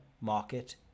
market